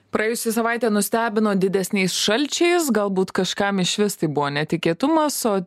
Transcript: praėjusi savaitė nustebino didesniais šalčiais galbūt kažkam išvis tai buvo netikėtumas o